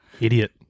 Idiot